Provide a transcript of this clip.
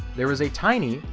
there was a tiny,